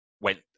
went